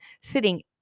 sitting